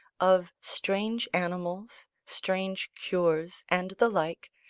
of strange animals, strange cures, and the like,